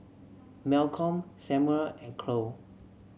Malcolm Samuel and Khloe